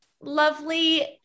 lovely